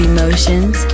Emotions